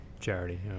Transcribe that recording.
Charity